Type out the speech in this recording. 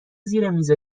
زیرمیز